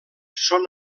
són